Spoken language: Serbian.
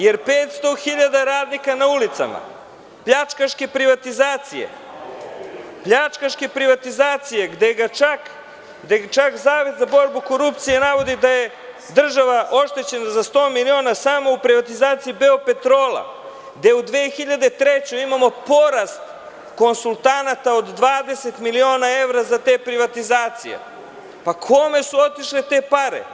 Jer, 500 hiljada radnika na ulicama, pljačkaške privatizacije, gde čak zavod za borbu protiv korupcije navodi da je država oštećena za 100 miliona samo u privatizaciji „Beopetrola“, gde u 2003. godini imamo porast konsultanata od 20 miliona evra za te privatizacije – pa kome su otišle te pare?